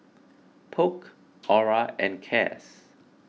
Polk Orah and Cas